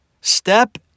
step